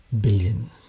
billion